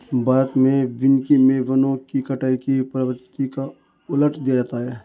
भारत में वानिकी मे वनों की कटाई की प्रवृत्ति को उलट दिया है